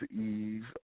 Eve